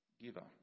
giver